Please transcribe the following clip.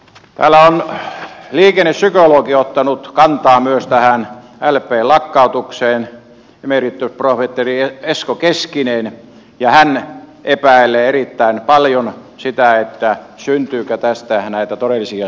täällä on liikennepsykologi ottanut kantaa myös tähän lpn lakkautukseen emeritusprofessori esko keskinen ja hän epäilee erittäin paljon sitä syntyykö tästä näitä todellisia säästöjä